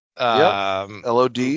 Lod